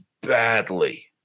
badly